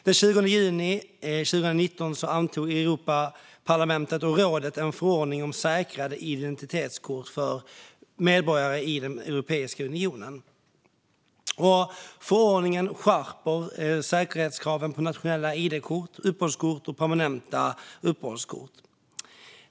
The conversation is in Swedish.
Den 20 juni 2019 antog Europaparlamentet och rådet en förordning om säkrare identitetskort för medborgare i Europeiska unionen. Förordningen skärper säkerhetskraven på nationella id-kort, uppehållskort och permanenta uppehållskort.